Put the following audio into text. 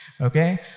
okay